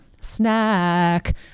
Snack